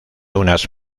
unas